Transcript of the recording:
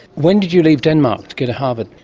when did you leave denmark to go to harvard?